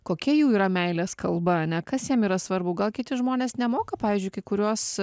kokia jų yra meilės kalba ane kas jiem yra svarbu gal kiti žmonės nemoka pavyzdžiui kai kuriuos